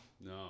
No